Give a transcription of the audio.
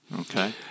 Okay